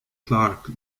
clarke